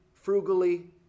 Frugally